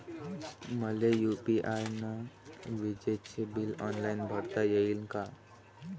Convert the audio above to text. मले यू.पी.आय न विजेचे बिल ऑनलाईन भरता येईन का?